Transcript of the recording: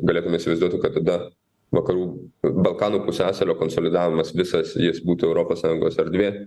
galėtume įsivaizduoti kad tada vakarų balkanų pusiasalio konsolidavimas visas jis būtų europos sąjungos erdvė